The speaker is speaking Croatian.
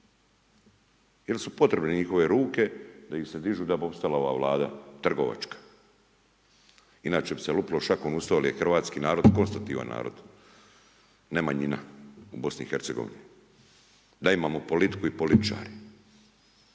Jel su potrebne njihove ruke da ih se dižu da bi opstala ova Vlada, trgovačka. Inače bi se lupilo šakom od stol jer je hrvatski narod konstutivan narod, ne manjina u Bosni i Hercegovini. Da imamo politiku i političare.